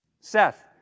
Seth